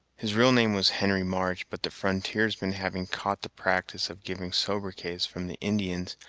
his real name was henry march but the frontiersmen having caught the practice of giving sobriquets from the indians,